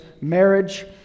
marriage